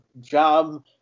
job